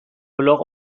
blog